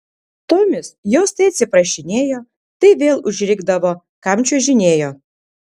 tomis jos tai atsiprašinėjo tai vėl užrikdavo kam čiuožinėjo